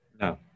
No